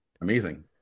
Amazing